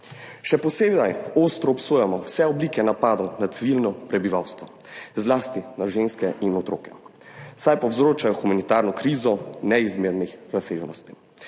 Še posebej ostro obsojamo vse oblike napadov na civilno prebivalstvo, zlasti na ženske in otroke, saj povzročajo humanitarno krizo neizmernih razsežnosti.